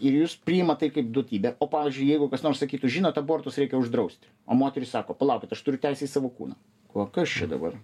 ir jūs priimat tai kaip duotybę o pavyzdžiui jeigu kas nors sakytų žinot abortus reikia uždrausti o moterys sako palaukit aš turiu teisę į savo kūną o kas čia dabar